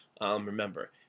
Remember